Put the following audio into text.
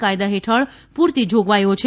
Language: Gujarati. કાયદા હેઠળ પુરતી જોગવાઇઓ છે